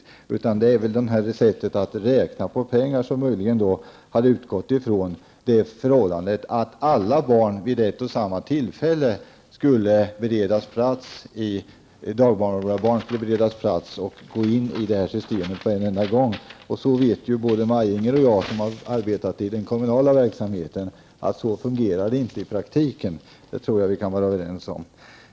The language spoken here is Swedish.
Det är möjligt att man när det gällt att räkna pengarna har utgått från det förhållandet att alla dagbarnvårdares barn vid ett och samma tillfälle skulle beredas plats och gå in i detta system på en enda gång. Både Maj-Inger Klingvall och jag, vilka har arbetat i den kommunala verksamhet, vet att det inte fungerar så i praktiken. Det tror jag att vi kan vara överens om.